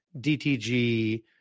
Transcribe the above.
DTG